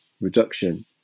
reduction